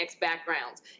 backgrounds